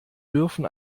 dürfen